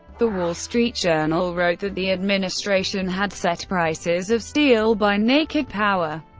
the wall street journal wrote that the administration had set prices of steel by naked power,